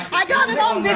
i got along and